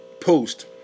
post